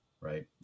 right